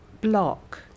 block